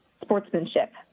sportsmanship